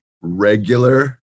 regular